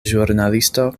ĵurnalisto